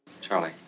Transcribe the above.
Charlie